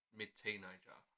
mid-teenager